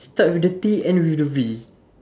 start with the T end with the V